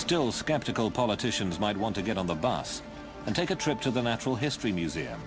still skeptical politicians might want to get on the bus and take a trip to the natural history museum